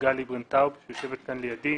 סיגל ליברנט טאוב שיושבת כאן לידי,